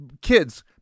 kids